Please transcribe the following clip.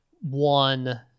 one